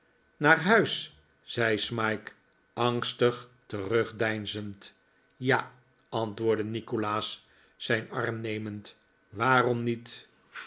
naar huis zei smike angstig terugdeinzend ja antwoordde nikolaas zijn arm nemend waarom niet